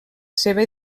seva